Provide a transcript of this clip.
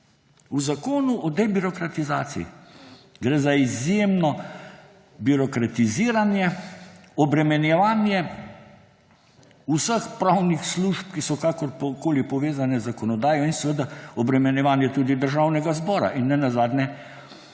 V zakonu o debirokratizaciji! Gre za izjemno birokratiziranje, obremenjevanje vseh pravnih služb, ki so kakorkoli povezane z zakonodajo, in seveda obremenjevanje tudi Državnega zbora in ne nazadnje